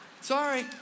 Sorry